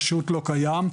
פשוט לא קיים,